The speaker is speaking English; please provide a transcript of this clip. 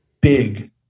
big